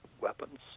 weapons